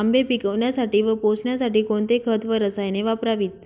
आंबे पिकवण्यासाठी व पोसण्यासाठी कोणते खत व रसायने वापरावीत?